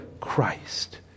Christ